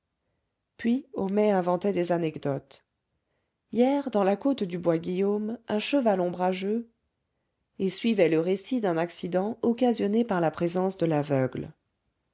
puis homais inventait des anecdotes hier dans la côte du bois guillaume un cheval ombrageux et suivait le récit d'un accident occasionné par la présence de l'aveugle